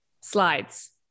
Slides